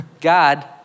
God